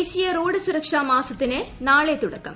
ദേശീയ റോഡ് സുരക്ഷാ മാസത്തിന് നാളെ തുടക്കം